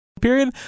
period